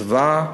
זוועה,